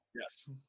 Yes